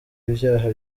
ivyaha